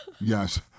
yes